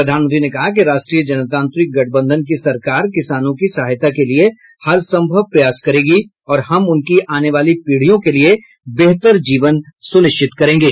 प्रधानमंत्री ने कहा कि राष्ट्रीय जनतांत्रिक गठबंधन की सरकार किसानों की सहायता के लिए हरसंभव प्रयास करेगी और हम उनकी आने वाली पीढ़ियों के लिए बेहतर जीवन सुनिश्चित करेंगे